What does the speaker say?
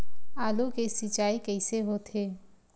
आलू के सिंचाई कइसे होथे?